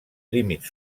límits